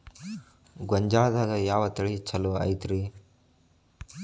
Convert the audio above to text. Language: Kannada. ಗೊಂಜಾಳದಾಗ ಯಾವ ತಳಿ ಛಲೋ ಐತ್ರಿ?